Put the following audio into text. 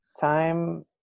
time